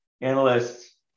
analysts